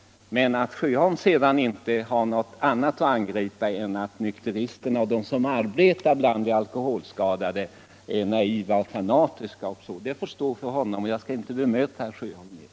Att herr Sjöholm inte har något annat att säga än att nykteristerna och de som arbetar bland de alkoholskadade är naiva och fanatiska får stå för hans räkning. Jag skall inte bemöta herr Sjöholm mer.